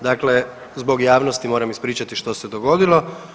Dakle, zbog javnosti moram ispričati što se dogodilo.